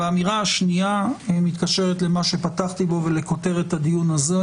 האמירה השנייה מתקשרת למה שפתחתי בו ולכותרת הדיון הזה: